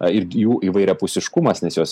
ir jų įvairiapusiškumas nes jos